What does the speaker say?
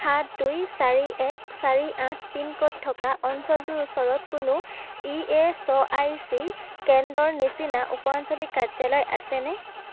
সাত দুই চাৰি এক চাৰি আঠ পিন ক'ড থকা অঞ্চলটোৰ ওচৰত কোনো ই এচ আই চি কেন্দ্ৰৰ নিচিনা উপ আঞ্চলিক কাৰ্যালয় আছেনে